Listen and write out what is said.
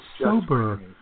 sober